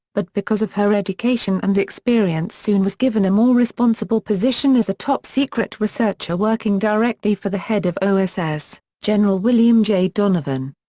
but because of her education and experience soon was given a more responsible position as a top secret researcher working directly for the head of oss, general william j. donovan.